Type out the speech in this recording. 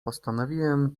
postanowiłem